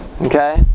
okay